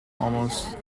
almost